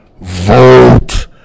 vote